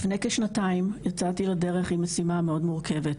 לפני כשנתיים יצאתי לדרך עם משימה מאוד מורכבת.